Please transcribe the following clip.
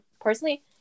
personally